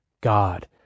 God